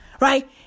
right